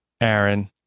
Aaron